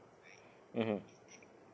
mmhmm